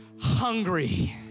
hungry